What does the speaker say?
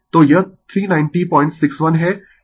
तो इसे साफ करें